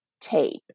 tape